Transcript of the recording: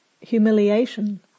humiliation